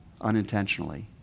unintentionally